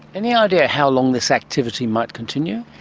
any idea how long this activity might continue?